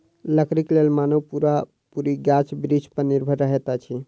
लकड़ीक लेल मानव पूरा पूरी गाछ बिरिछ पर निर्भर रहैत अछि